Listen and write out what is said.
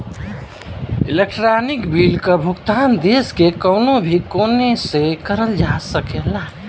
electronic bill क भुगतान देश के कउनो भी कोने से करल जा सकला